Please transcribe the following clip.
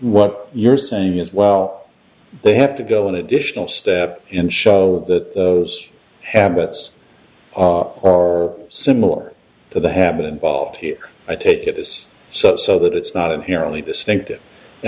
what you're saying as well they have to go an additional step in show that those habits are similar to the habit involved here i take it this so so that it's not inherently distinctive